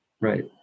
Right